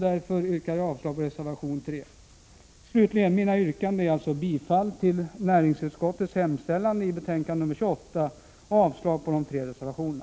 Därför yrkar jag avslag på reservation 3. Slutligen: Mina yrkanden är alltså bifall till näringsutskottets hemställan i betänkande nr 28 och avslag på de tre reservationerna.